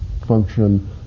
function